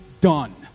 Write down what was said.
done